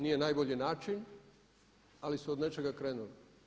Nije najbolji način, ali su od nečega krenuli.